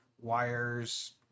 wires